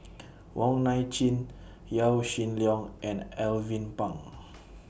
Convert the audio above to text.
Wong Nai Chin Yaw Shin Leong and Alvin Pang